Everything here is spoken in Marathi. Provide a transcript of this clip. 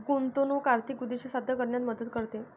गुंतवणूक आर्थिक उद्दिष्टे साध्य करण्यात मदत करते